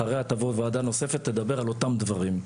אחריה תבוא ועדה נוספת ותדבר על אותם דברים.